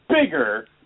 bigger